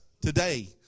today